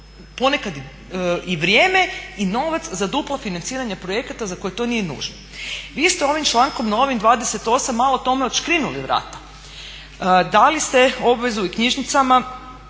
ponekad i vrijeme i novac za duplo financiranje projekata za koje to nužno. Vi ste ovim člankom novim 28.malo tome odškrinuli vrata, dali ste obvezu i knjižnicama,